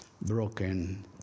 broken